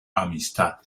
amistad